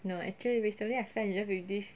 no actually recently I fell in love with this